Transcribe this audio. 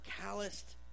calloused